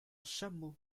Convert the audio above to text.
chameau